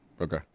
Okay